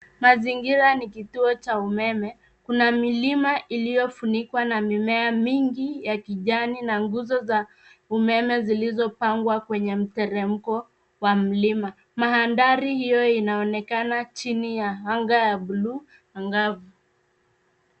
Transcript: Mazingira ni kituo cha umeme. Kuna milima iliyofunikwa na mimea mingi ya kijani na nguzo za umeme zilizopangwa kwenye mteremko wa mlima. Mandhari hio inaonekana chini ya anga ya bluu angavu.